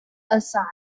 aside